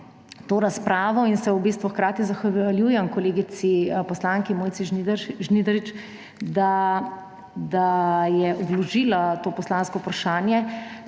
to razpravo in se hkrati zahvaljujem kolegici poslanki Mojci Žnidarič, da je vložila to poslansko vprašanje,